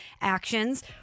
actions